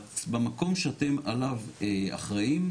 במקום שאתם עליו אחראים,